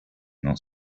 not